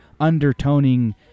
undertoning